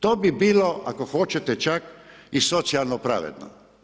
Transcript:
To bi bilo, ako hoćete čak i socijalno pravedno.